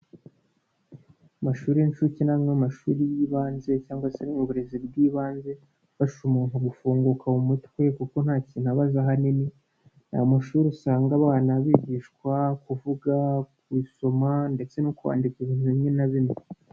Amashuri y'inshuke cyangwa amashuri y'ibanze cyangwa se ni uburezi bw'ibanze, afasha umuntu gufunguka mu mutwe kuko nta kintu abaza ahanini, ni amashuri usanga abana bigishwa kuvuga, kuyisoma ndetse no kwandika, ibintu bimwe na bimwe.